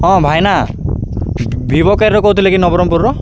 ହଁ ଭାଇନା ଭିଭୋ କେୟାରରୁ କହୁଥିଲେ କି ନବରଙ୍ଗପୁରର